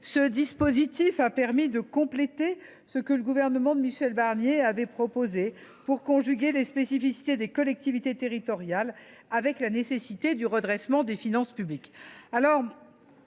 Ce dispositif a permis de compléter ce que le gouvernement de Michel Barnier avait proposé pour conjuguer les spécificités des collectivités territoriales avec la nécessité du redressement des finances publiques.